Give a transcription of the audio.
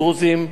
דרוזיים,